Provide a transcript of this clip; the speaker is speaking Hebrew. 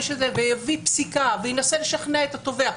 ויביא פסיקה וינסה לשכנע את התובע.